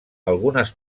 algunes